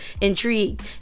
intrigue